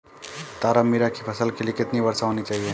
तारामीरा की फसल के लिए कितनी वर्षा होनी चाहिए?